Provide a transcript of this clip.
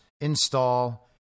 install